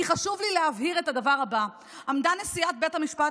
כי חשוב לי להבהיר את הדבר הבא: עמדה נשיאת בית המשפט